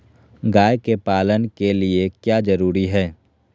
गाय के पालन के लिए क्या जरूरी है?